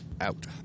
out